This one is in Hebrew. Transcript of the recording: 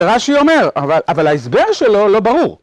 ‫זה רש"י אומר, ‫אבל ההסבר שלו לא ברור.